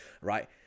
right